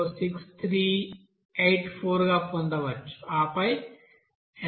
006384 గా పొందవచ్చు ఆపై SSxy 0